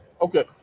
Okay